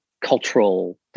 cultural